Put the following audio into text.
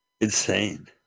Insane